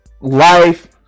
life